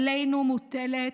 עלינו מוטלת